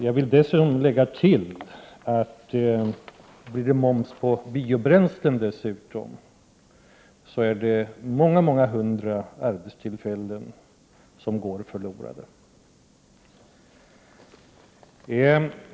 Jag vill dessutom tillägga att blir det även moms på biobränslen, går flera hundra arbetstillfällen förlorade.